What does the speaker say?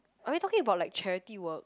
are we talking about like charity work